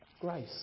grace